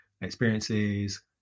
experiences